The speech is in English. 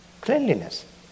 cleanliness